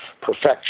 perfection